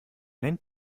nennt